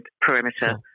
perimeter